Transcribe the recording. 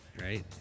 right